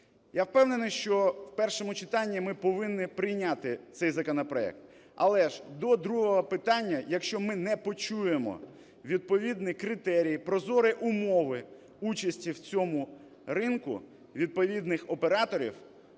Я впевнений, що в першому читанні ми повинні прийняти цей законопроект. Але ж до другого питання, якщо ми не почуємо відповідні критерії, прозорі умови участі в цьому ринку відповідних операторів,